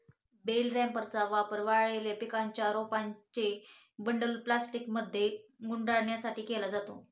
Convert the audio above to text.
bell रॅपरचा वापर वाळलेल्या पिकांच्या रोपांचे बंडल प्लास्टिकमध्ये गुंडाळण्यासाठी केला जातो